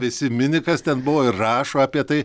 visi mini kas ten buvo ir rašo apie tai